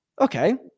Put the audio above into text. okay